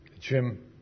Jim